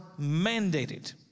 mandated